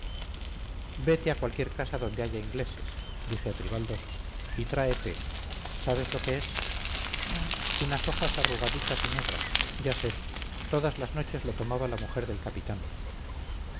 vete a cualquier casa donde haya ingleses dije a tribaldos y trae té sabes lo que es unas hojas arrugaditas y negras ya sé todas las noches lo tomaba la mujer del capitán